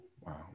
Wow